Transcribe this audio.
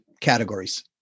categories